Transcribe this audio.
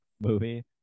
movie